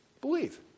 believe